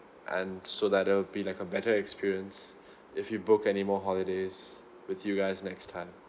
and so that it'll be like a better experience if we book anymore holidays with you guys next time